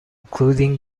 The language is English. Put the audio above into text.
including